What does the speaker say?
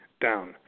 down